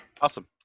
Awesome